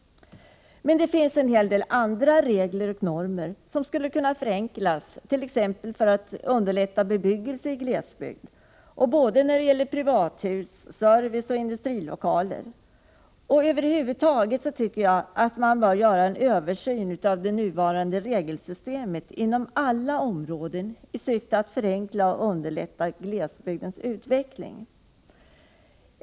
Det finns en hel del andra regler och normer som skulle kunna förenklas, t.ex. för att underlätta bebyggelse i glesbygd, när det gäller både privathus, service och industrilokaler. Jag tycker att man över huvud taget bör göra en översyn av det nuvarande regelsystemet inom alla områden i syfte att förenkla och underlätta glesbygdens utveckling.